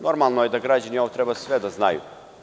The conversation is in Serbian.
Normalno je da građani treba sve ovo da znaju.